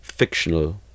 fictional